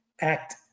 act